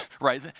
right